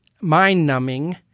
mind-numbing